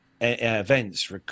events